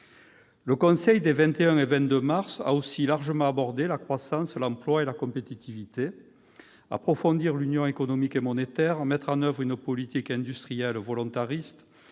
Le Conseil des 21 et 22 mars a aussi été l'occasion d'aborder largement la croissance, l'emploi et la compétitivité. Approfondir l'Union économique et monétaire, mettre en oeuvre une politique industrielle volontariste,